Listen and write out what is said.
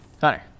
Connor